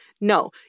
No